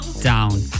down